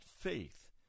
faith